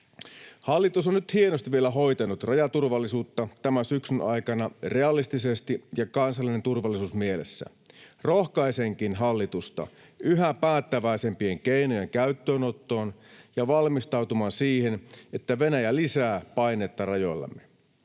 Hallitus on nyt hienosti vielä hoitanut rajaturvallisuutta tämän syksyn aikana, realistisesti ja kansallinen turvallisuus mielessään. Rohkaisenkin hallitusta yhä päättäväisempien keinojen käyttöönottoon ja valmistautumaan siihen, että Venäjä lisää painetta rajoillamme.